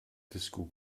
disco